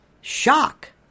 shock